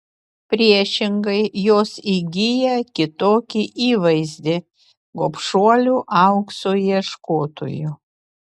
priešingai jos įgyja kitokį įvaizdį gobšuolių aukso ieškotojų